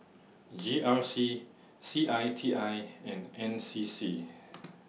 G R C C I T I and N C C